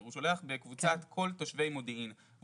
הוא שולח בקבוצת כל תושבי מודיעין והוא